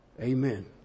Amen